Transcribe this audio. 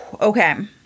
Okay